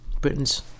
Britain's